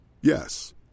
Yes